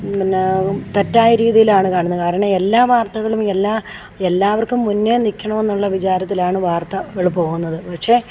പിന്നെ തെറ്റായ രീതിയിലാണ് കാണുന്നത് കാരണം എല്ലാ വാർത്തകളും എല്ലാ എല്ലാവർക്കും മുന്നേ നിൽക്കണമെന്നുള്ള വിചാരത്തിലാണ് വാർത്തകൾ പോകുന്നത് പക്ഷേ